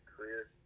career